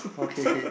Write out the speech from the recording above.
okay